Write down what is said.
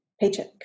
paycheck